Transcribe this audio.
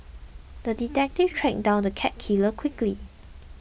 the detective tracked down the cat killer quickly